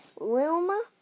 Wilma